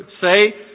say